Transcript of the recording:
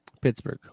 Pittsburgh